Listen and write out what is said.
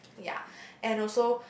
ya and also